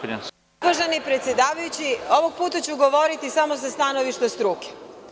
Uvaženi predsedavajući, ovog puta ću govoriti samo sa stanovišta struke.